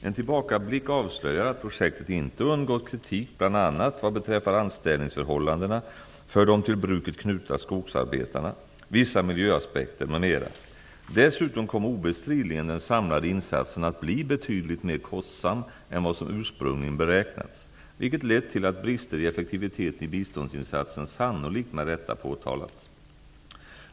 En tillbakablick avslöjar att projektet inte undgått kritik bl.a. vad beträffar anställningsförhållandena för de till bruket knutna skogsarbetarna, vissa miljöaspekter m.m. Dessutom kom obestridligen den samlade insatsen att bli betydligt mer kostsam än vad som ursprungligen beräknats, vilket lett till att brister i effektiviteten i biståndsinsatsen sannolikt med rätta påtalats.